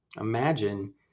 imagine